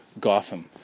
Gotham